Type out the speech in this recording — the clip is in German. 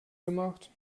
gemacht